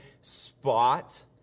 spot